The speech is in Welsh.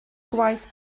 gwaith